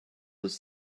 his